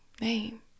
name